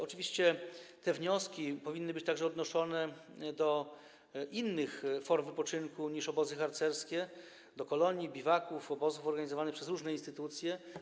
Oczywiście te wnioski powinny być także odnoszone do innych form wypoczynku niż obozy harcerskie: do kolonii, biwaków, obozów organizowanych przez różne instytucje.